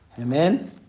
Amen